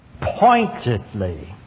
pointedly